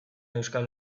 euskal